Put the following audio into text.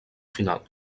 final